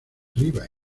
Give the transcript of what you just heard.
arriba